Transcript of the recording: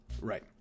Right